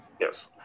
Yes